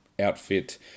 outfit